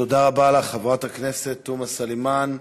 תודה רבה לך, חברת הכנסת תומא סלימאן.